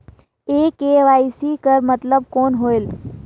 ये के.वाई.सी कर मतलब कौन होएल?